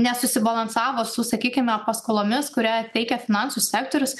nesusibalansavo su sakykime paskolomis kurią teikia finansų sektorius